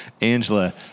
Angela